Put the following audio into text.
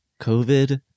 COVID